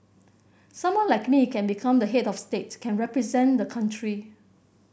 someone like me can become the head of state can represent the country